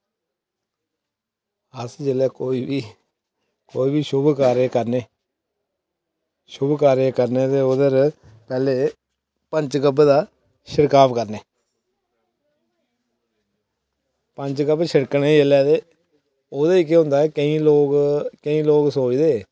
अस जेल्लै कोई बी कोई बी शुभ कार्य करने शुभ कार्य करने दे ते ओह्दे बाद पंज गब्बै दा छिड़काव करने पंज गब्बे छिड़कने जेल्लै ते ओह्दे ई केह् होंदा कि केईं लोग केईं लोग सोचदे